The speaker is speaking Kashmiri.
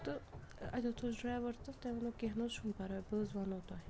تہٕ اَتٮ۪تھ اوس ڈرٛیور تہٕ تٔمۍ ووٚن کینٛہہ نَہ حظ چھُنہٕ پَرواے بہٕ حظ وَنو تۄہہِ